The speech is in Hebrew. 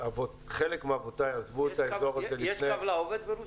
שחלק מאבותיי עזבו את האזור הזה לפני -- יש "קו לעובד" ברוסיה?